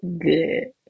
good